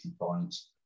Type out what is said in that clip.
points